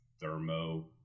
thermo